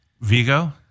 Vigo